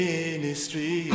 Ministry